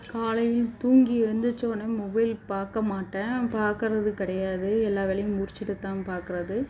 காலையில் தூங்கி எழுந்திரிச்சவொன்னே மொபைல் பார்க்க மாட்டேன் பார்க்கறது கிடையாது எல்லா வேலையும் முடிச்சுட்டு தான் பார்க்கறது